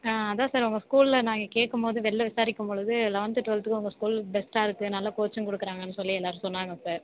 அதான் சார் உங்கள் ஸ்கூலில் நாங்கள் கேட்கும் போது வெளில விசாரிக்கும் பொழுது லெவன்த்து டுவெல்த்துக்கு உங்கள் ஸ்கூல் பெஸ்ட்டாக இருக்கு நல்ல கோச்சிங் கொடுக்குறாங்கனு சொல்லி எல்லாரும் சொன்னாங்க சார்